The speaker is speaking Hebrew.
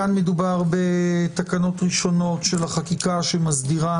כאן מדובר בתקנות ראשונות של החקיקה שמסדירה